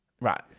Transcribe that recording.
Right